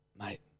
Mate